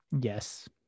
Yes